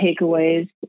takeaways